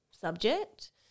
subject